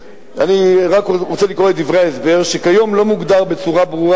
אני רק רוצה לקרוא את דברי ההסבר: כיום לא מוגדר בצורה ברורה